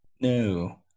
No